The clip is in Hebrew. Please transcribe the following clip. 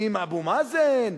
עם אבו מאזן,